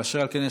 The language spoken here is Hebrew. ואשר על כן,